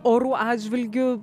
orų atžvilgiu